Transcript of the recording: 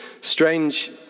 strange